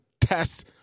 tests